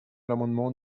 l’amendement